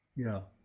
yeah.